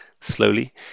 Slowly